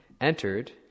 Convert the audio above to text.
entered